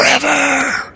Forever